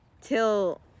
till